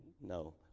no